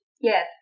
Yes